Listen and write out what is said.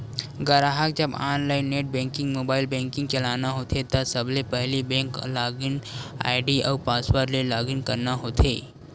गराहक जब online net banking, mobile banking चलाना होथे त सबले पहिली बेंक लॉगिन आईडी अउ पासवर्ड ले लॉगिन करना होथे